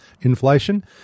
inflation